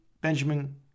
Benjamin